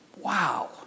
Wow